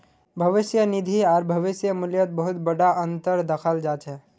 भविष्य निधि आर भविष्य मूल्यत बहुत बडा अनतर दखाल जा छ